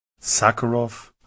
Sakharov